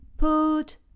Put